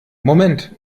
moment